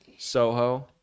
Soho